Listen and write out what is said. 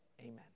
Amen